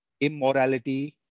immorality